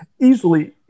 Easily